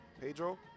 Pedro